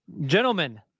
Gentlemen